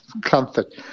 comfort